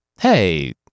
Hey